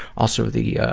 also the, ah,